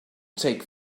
take